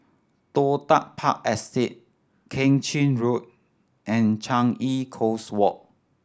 Toh Tuck Park Estate Keng Chin Road and Changi Coast Walk